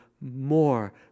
more